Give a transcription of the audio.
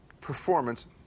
performance